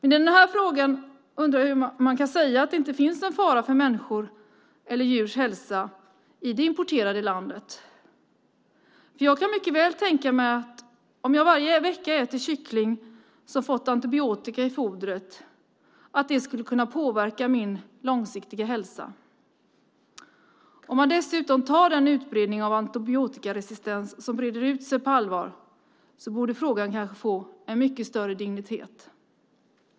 I den frågan undrar jag hur man kan säga att det inte finns en fara för människors eller djurs hälsa i det importerande landet. Jag kan mycket väl tänka mig att om jag varje vecka äter kyckling som fått antibiotika i fodret skulle det kunna påverka min långsiktiga hälsa. Om man dessutom tar utbredningen av antibiotikaresistens på allvar borde frågan få en mycket större dignitet.